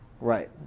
Right